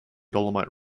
dolomite